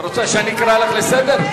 את רוצה שאני אקרא אותך לסדר?